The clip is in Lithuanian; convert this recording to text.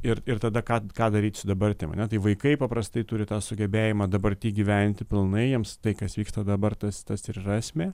ir ir tada ką ką daryt su dabartim ane tai vaikai paprastai turi tą sugebėjimą dabarty gyventi pilnai jiems tai kas vyksta dabar tas tas ir yra esmė